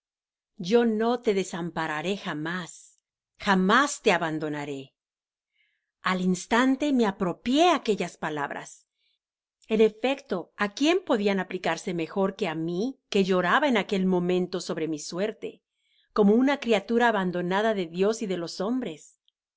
yo no te desampararé jamás jamás te abandonaré al instante me apropió aquellas palabras en efecto á quién podian aplicarse mejor que á mí que lloraba en aquel momento mi suerte como una criatura abandonada de dios y de los hombres